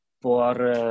por